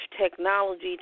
technology